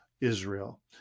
Israel